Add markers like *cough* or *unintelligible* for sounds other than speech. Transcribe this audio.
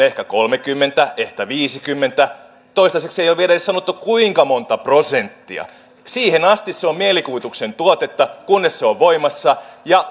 *unintelligible* ehkä kolmekymmentä ehkä viisikymmentä toistaiseksi ei ole vielä edes sanottu kuinka monta prosenttia siihen asti se on mielikuvituksen tuotetta kunnes se on voimassa ja *unintelligible*